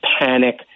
panic